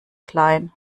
klein